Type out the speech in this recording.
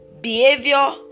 behavior